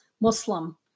Muslim